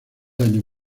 años